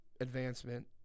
advancement